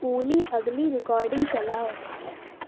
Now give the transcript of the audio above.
اولی اگلی ریکاڈنگ چلاؤ